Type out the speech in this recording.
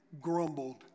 grumbled